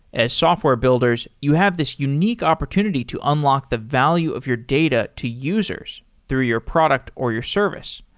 as software builders, you have this unique opportunity to unlock the value of your data to users through your product or your service.